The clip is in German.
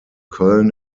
köln